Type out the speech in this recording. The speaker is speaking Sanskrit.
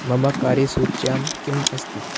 मम कार्यसूच्यां किम् अस्ति